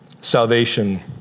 salvation